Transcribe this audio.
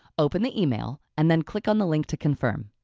open the email and then click on the link to confirm.